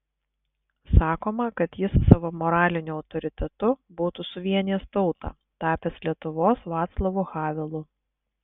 sakoma kad jis savo moraliniu autoritetu būtų suvienijęs tautą tapęs lietuvos vaclavu havelu